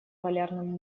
полярным